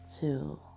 two